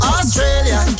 Australia